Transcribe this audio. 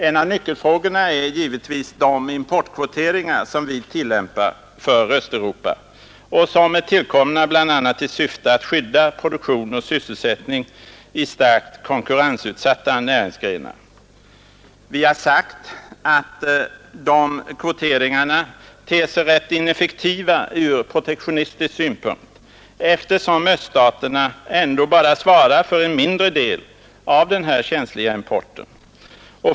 En av nyckelfrågorna är givetvis de importkvoteringar som vi tillämpar för Östeuropa, som är tillkomna bl.a. i syfte att skydda produktion och sysselsättning i starkt konkurrensutsatta näringsgrenar. Vi motionärer har sagt att de kvoteringarna ter sig rätt ineffektiva ur protektionistisk synpunkt, eftersom öststaterna ändå bara svarar för en mindre del av den här känsliga importen.